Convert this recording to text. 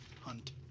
Hunt